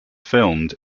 filmed